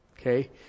Okay